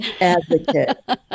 advocate